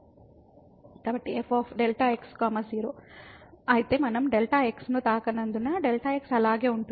fΔx 0 కాబట్టి మనం Δx ను తాకనందున Δx అలాగే ఉంటుంది